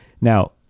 now